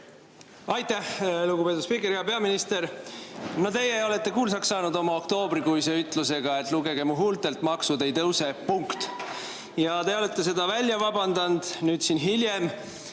Aitäh, lugupeetud spiiker! Hea peaminister! No teie olete kuulsaks saanud oma oktoobrikuise ütlusega, et lugege mu huultelt, maksud ei tõuse, punkt. Ja te olete seda välja vabandanud nüüd siin hiljem,